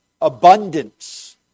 abundance